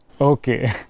Okay